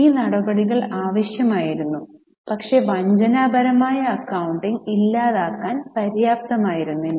ഈ നടപടികൾ ആവശ്യമായിരുന്നു പക്ഷേ വഞ്ചനാപരമായ അക്കൌണ്ടിംഗ് ഇല്ലാതാക്കാൻ പര്യാപ്തമല്ല